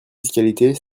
fiscalité